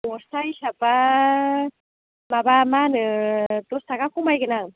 बस्था हिसाबबा माबा मा होनो दस थाखा खमायगोन आं